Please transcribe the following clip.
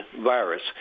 virus